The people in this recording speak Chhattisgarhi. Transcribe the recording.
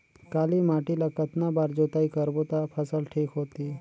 काली माटी ला कतना बार जुताई करबो ता फसल ठीक होती?